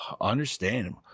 Understand